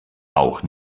auch